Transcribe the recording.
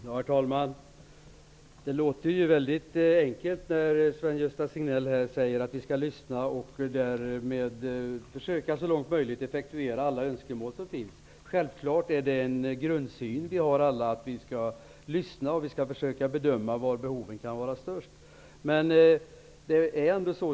Herr talman! Det hela verkar vara väldigt enkelt. Sven-Gösta Signell säger ju att vi skall lyssna till människorna och att vi så långt som möjligt skall försöka effektuera alla önskemål. Självklart har vi alla grundinställningen att vi skall lyssna och försöka bedöma var behoven är störst.